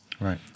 Right